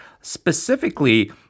Specifically